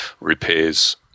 repairs